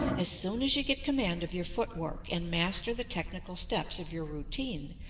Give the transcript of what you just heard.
as soon as you get command of your foot work and master the technical steps of your routine,